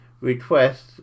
requests